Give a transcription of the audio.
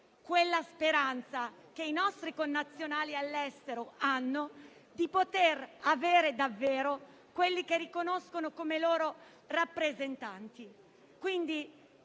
la speranza che i nostri connazionali all'estero hanno di poter avere coloro che davvero riconoscono come loro rappresentanti. Le